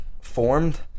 formed